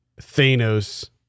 Thanos